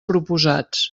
proposats